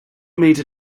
made